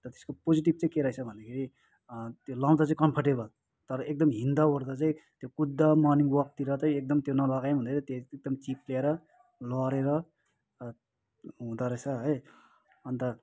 तर त्यसको पोजेटिभ चाहिँ के रहेछ भन्दाखेरि त्यो लाउँदा चाहिँ कम्फर्टेबल तर एकदम हिँड्दाओर्दा चाहिँ त्यो कुद्दा मर्निङ वकतिर चाहिँ एकदम त्यो नलगाए पनि हुने एकदम त्यो चिप्लेर लडेर हुँदोरहेछ है अन्त